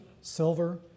silver